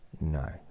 No